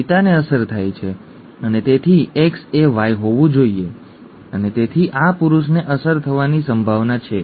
પિતાને અસર થાય છે અને તેથી તે XaY હોવું જોઈએ અને તેથી આ પુરુષને અસર થવાની સંભાવના છે